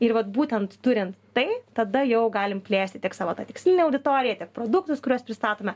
ir vat būtent turint tai tada jau galim plėsti tiek savo tą tikslinę auditoriją tiek produktus kuriuos pristatome